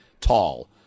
tall